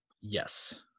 Yes